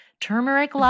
turmeric